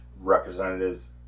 representatives